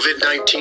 COVID-19